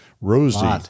Rosie